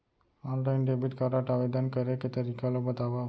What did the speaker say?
Online debit card आवेदन करे के तरीका ल बतावव?